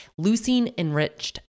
Leucine-enriched